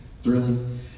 Thrilling